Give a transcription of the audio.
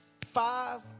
five